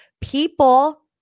people